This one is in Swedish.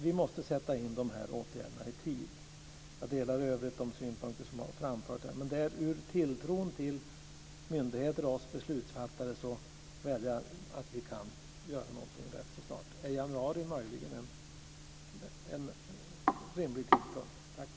Vi måste sätta in de här åtgärderna i tid. Jag delar i övrigt de synpunkter som har framförts här. Med tanke på tilltron till myndigheter och oss beslutsfattare vädjar jag om att vi ska göra någonting rätt snart. Är januari möjligen en rimlig tidpunkt?